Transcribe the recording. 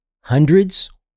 hundreds